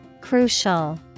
crucial